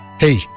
Hey